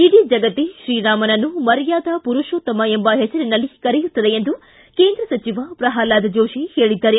ಇಡೀ ಜಗತ್ತೇ ತ್ರೀರಾಮನನ್ನು ಮರ್ಯಾದಾ ಪುರುಷೋತ್ತಮ ಎಂಬ ಹೆಸರಿನಲ್ಲಿ ಕರೆಯುತ್ತದೆ ಎಂದು ಕೇಂದ್ರ ಸಚಿವ ಪ್ರಹ್ಲಾದ ಜೋಶಿ ಹೇಳಿದ್ದಾರೆ